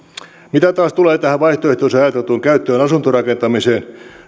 mitä taas tulee tähän vaihtoehtoiseen ajateltuun käyttöön asuntorakentamiseen